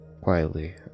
Quietly